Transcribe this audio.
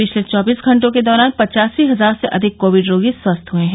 पिछले चौबीस घंटों के दौरान पचासी हजार से अधिक कोविड रोगी स्वस्थ हए हैं